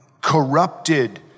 corrupted